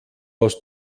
aus